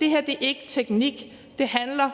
Det her er ikke teknik. Det handler